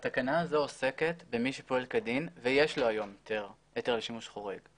התקנה הזו עוסקת במי שפועל כדין ויש לו היום היתר לשימוש חורג.